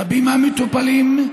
רבים מהמטופלים,